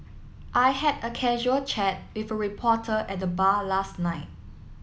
I had a casual chat with a reporter at the bar last night